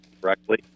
correctly